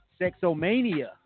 Sexomania